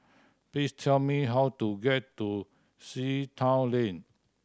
please tell me how to get to Sea Town Lane